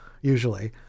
usually